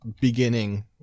beginning